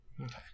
Okay